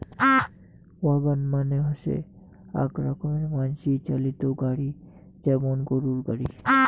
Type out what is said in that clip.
wagon মানে হসে আক রকমের মানসি চালিত গাড়ি যেমন গরুর গাড়ি